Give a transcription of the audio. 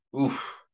Oof